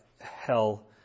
hell